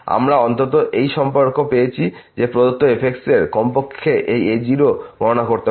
আমরা অন্তত এই সম্পর্ক পেয়েছি যে প্রদত্ত f এর কমপক্ষে এই a0 গণণা করতে পারি